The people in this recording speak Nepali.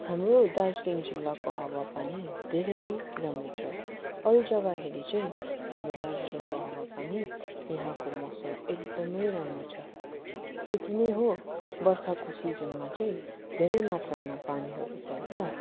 हाम्रो दार्जिलिङ जिल्लाको हावा पानी धेरै राम्रो छ अरू जग्गा हेरी चाहिँ हाम्रो दार्जिलिङको हावा पानी यहाँको मौसम एकदमै राम्रो छ त्यति नै हो बर्खाको सिजनमा चाहिँ धेरै मात्रामा पानीहरू पर्दा